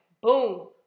boom